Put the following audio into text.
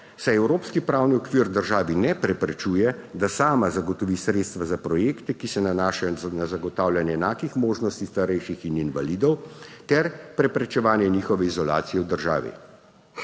evropski pravni okvir državi ne preprečuje, da sama zagotovi sredstva za projekte, ki se nanašajo na zagotavljanje enakih možnosti starejših in invalidov ter preprečevanje njihove izolacije v državi.